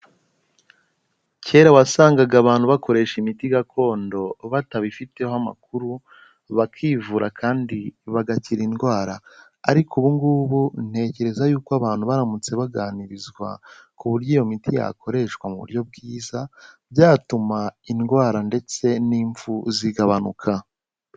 Kera wasangaga abantu bakoresha imiti gakondo batabifiteho amakuru bakivura kandi bagakira indwara, ariko ubu ngubu ntekereza yuko abantu baramutse baganirizwa ku buryo iyo miti yakoreshwa mu buryo bwiza, byatuma indwara ndetse n'imfu zigabanuka.